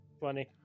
Funny